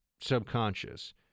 subconscious